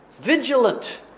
vigilant